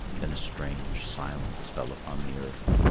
then a strange silence fell upon the earth.